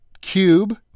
Cube